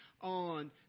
on